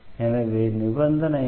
எனவே நிபந்தனை என்ன